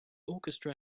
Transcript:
orchestra